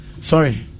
Sorry